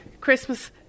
Christmas